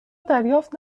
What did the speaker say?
دریافت